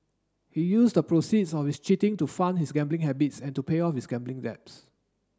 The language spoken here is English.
he used the proceeds of his cheating to fund his gambling habits and to pay off his gambling debts